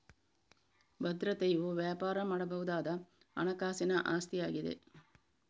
ಭದ್ರತೆಯು ವ್ಯಾಪಾರ ಮಾಡಬಹುದಾದ ಹಣಕಾಸಿನ ಆಸ್ತಿಯಾಗಿದೆ